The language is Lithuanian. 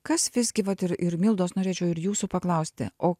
kas visgi vat ir ir mildos norėčiau ir jūsų paklausti o